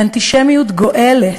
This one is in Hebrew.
באנטישמיות גואלת.